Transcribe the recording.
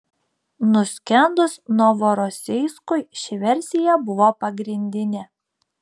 nuskendus novorosijskui ši versija buvo pagrindinė